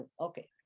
Okay